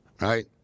right